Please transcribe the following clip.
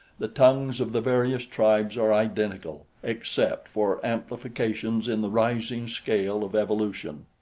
the tongues of the various tribes are identical except for amplifications in the rising scale of evolution.